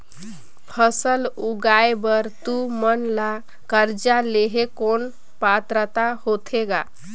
फसल उगाय बर तू मन ला कर्जा लेहे कौन पात्रता होथे ग?